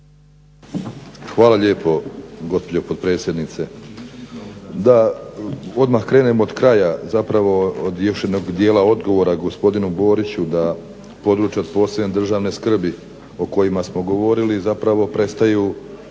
Hvala lijepo gospođo potpredsjednice. Da odmah krenem od kraja, zapravo od još jednog dijela odgovora gospodinu Boriću da područja od posebne državne skrbi o kojima smo govorili zapravo prestaju